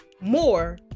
more